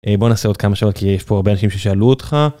בוא נעשה עוד כמה שעות כי יש פה הרבה אנשים ששאלו אותך.